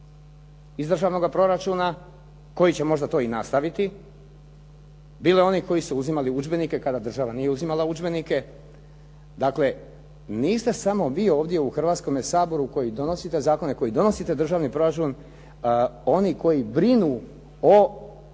iz državnoga proračuna koji će možda to i nastaviti. Bilo je onih koji su uzimali udžbenike kada država nije uzimala udžbenike. Dakle, niste samo vi ovdje u Hrvatskome saboru koji donosite zakone, koji donosite državni proračun, oni koji brinu o